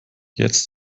jetzt